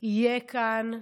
יהיה כאן,